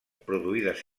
produïdes